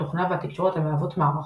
התוכנה והתקשורת המהוות "מערכות".